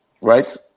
right